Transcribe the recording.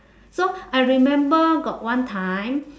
so I remember got one time